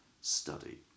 study